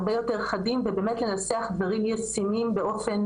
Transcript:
הרבה יותר חדים ובאמת לנסח דברים ישימים באופן